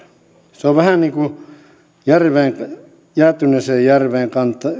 se on vähän niin kuin jos jäätyneeseen järveen